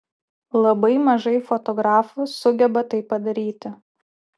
labai mažai fotografų sugeba tai padaryti